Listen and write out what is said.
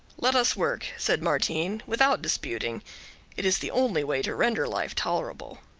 let us work, said martin, without disputing it is the only way to render life tolerable.